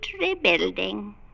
rebuilding